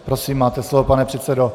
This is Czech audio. Prosím máte slovo, pane předsedo.